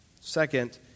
Second